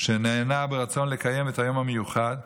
כך שנענה ברצון לקיים את היום המיוחד.